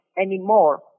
anymore